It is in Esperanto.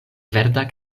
verda